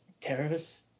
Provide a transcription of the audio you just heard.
terrorists